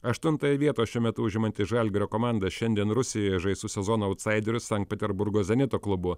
aštuntąją vietą šiuo metu užimanti žalgirio komanda šiandien rusijoje žais su sezono autsaideriu sankt peterburgo zenito klubu